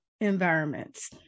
environments